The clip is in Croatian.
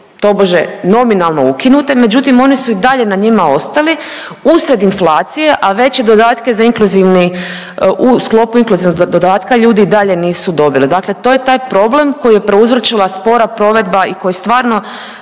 tobože nominalno ukinute, međutim oni su i dalje na njima ostali usred inflacije, a veće dodatke za inkluzivni, u sklopu inkluzivnog dodatka ljudi i dalje nisu dobili, dakle to je taj problem koji je prouzročila spora provedba i koji stvarno,